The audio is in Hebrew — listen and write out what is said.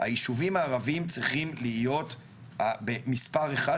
היישובים הערביים צריכים להיות מספר אחד,